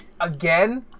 Again